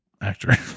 actor